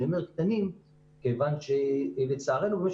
אני אומר "קטנים" כיוון שלצערנו במשך